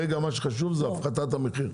כרגע מה שחשוב זה הפחתת המחיר.